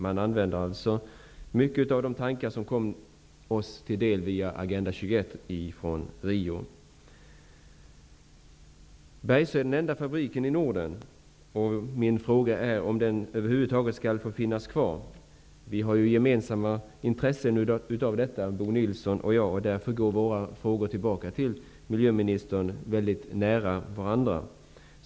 Man använder alltså många av de tankar som kom oss till del via Agenda 21 från Boliden Bergsöe är den enda fabriken i Norden som bedriver denna verksamhet. Min fråga är om den över huvud taget skall få finnas kvar. Bo Nilsson och jag har gemensamma intressen när det gäller detta, och därför ligger våra frågor till miljöministern nära varandra.